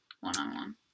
one-on-one